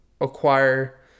acquire